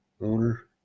Owner